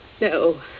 no